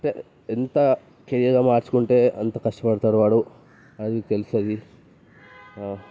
అంటే ఎంత కెరీర్గా మార్చుకుంటే అంతా కష్టపడతాడు వాడు ఆడికి తెలుసు అది